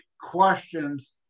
questions